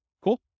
Cool